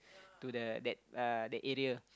to the that uh that area